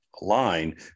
line